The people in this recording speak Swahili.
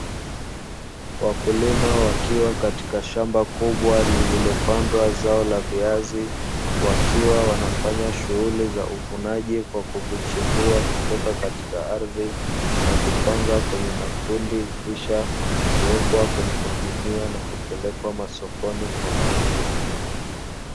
Wakulima wakiwa katika shamba kubwa lililopandwa zao la viazi, wakiwa wanafanya shughuli za uvunaji kwa kuvichimbua kutoka katika ardhi na kupanga kwenye makundi kisha kuwekwa kwenye magunia na kupelekwa masokoni kwa mauzo.